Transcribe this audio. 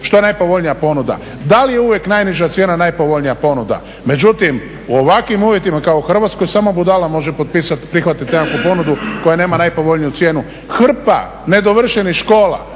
što je najpovoljnija ponuda. Da li je uvijek najniža cijena najpovoljnija ponuda? Međutim, u ovakvim uvjetima kao u Hrvatskoj samo budala može potpisati, prihvatiti nekakvu ponudu koja nema najpovoljniju cijenu. Hrpa nedovršenih škola,